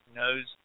knows